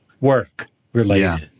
work-related